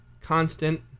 constant